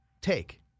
take